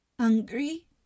Hungry